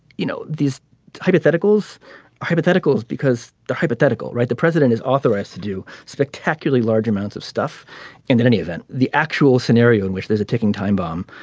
you know these hypotheticals hypotheticals because the hypothetical right the president is authorized to do spectacularly large amounts of stuff and in any event the actual scenario in which there's a ticking time bomb.